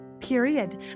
period